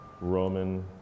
Roman